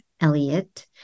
Elliott